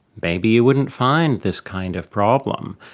maybe you wouldn't find this kind of problem.